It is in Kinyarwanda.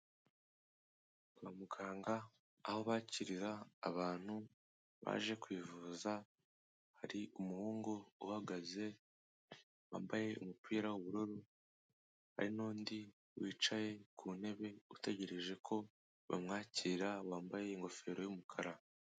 Ba muganga aho bakirira abantu baje kwivuza, hari umuhungu uhagaze wambaye umupira w'ubururu, hari n'undi wicaye ku ntebe ,utegereje ko bamwakira bambaye ingofero y'umukara.